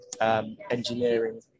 engineering